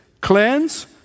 Cleanse